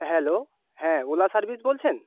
hello হ্যাঁ Ola service বলছেন